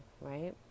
right